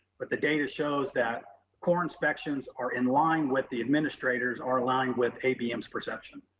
but the data shows that core inspections are in line with the administrators are aligned with abm's perception.